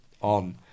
on